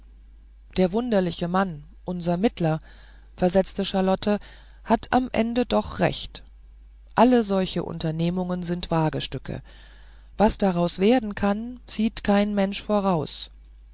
der wunderliche mann unser mittler versetzte charlotte hat am ende doch recht alle solche unternehmungen sind wagestücke was daraus werden kann sieht kein mensch voraus